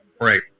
right